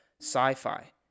Sci-fi